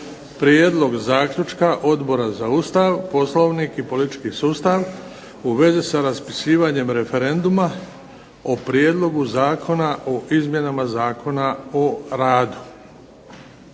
Prijedlog zaključaka Odbora za Ustav, Poslovnik i politički sustav u vezi s raspisivanjem referenduma o Prijedlogu zakona o izmjenama Zakona o radu,